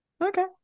okay